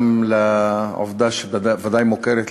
גם לעובדה שוודאי מוכרת לך,